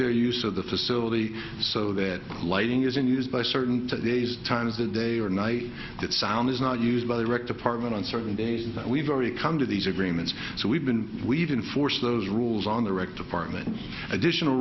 their use of the facility so that lighting is in use by certain days times the day or night that sound is not used by the rec department on certain days that we've already come to these agreements so we've been we've been forced those rules on the rect apartments additional